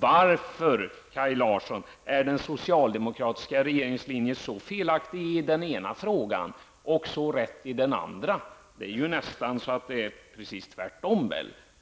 Varför, Kaj Larsson, är den socialdemokratiska regeringens linje så felaktig i den ena frågan och så rätt i den andra? Det är väl nästan precis tvärtom,